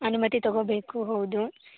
ಅನುಮತಿ ತೊಗೋಬೇಕು ಹೌದು